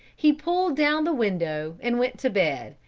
he pulled down the window, and went to bed,